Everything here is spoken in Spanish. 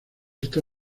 esta